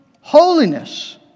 holiness